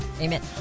Amen